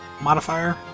modifier